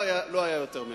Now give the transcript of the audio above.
לא היה יותר מאחד.